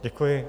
Děkuji.